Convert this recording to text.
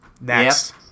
Next